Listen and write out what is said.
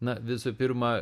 na visų pirma